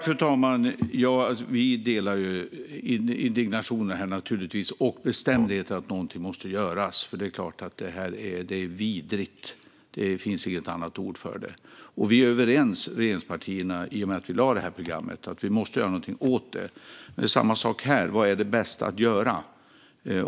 Fru talman! Vi delar naturligtvis indignationen och bestämdheten - något måste göras. Detta är vidrigt; det finns inget annat ord för det. Regeringspartierna är, i och med att vi lade fram detta program, överens om att vi måste göra något åt det. Men det är samma sak här - vad är det bästa att göra?